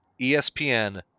ESPN